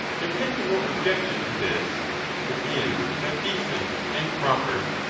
there can be no objection to this it is but decent and proper.